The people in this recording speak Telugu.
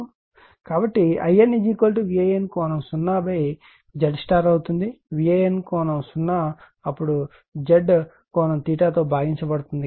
కాబట్టి In VAN ∠ 0 ZY అవుతుంది VAN 0 అప్పుడు z భాగించబడుతుంది